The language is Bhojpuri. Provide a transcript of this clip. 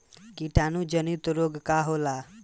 कीटाणु जनित रोग का होला?